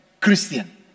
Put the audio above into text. Christian